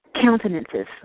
countenances